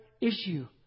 issue